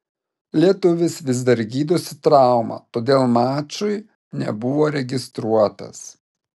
lietuvis vis dar gydosi traumą todėl mačui nebuvo registruotas